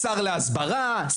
שר להסברה,